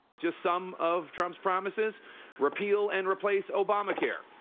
just some of trump's promises repeal and replace obamacare,